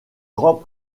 grand